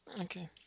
Okay